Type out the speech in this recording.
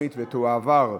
שידורים בשפה הערבית),